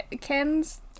Ken's